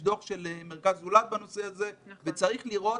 יש דוח של מרכז "זולת" בנושא הזה וצריך לראות